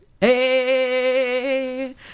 Hey